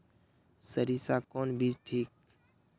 सरीसा कौन बीज ठिक?